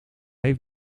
heeft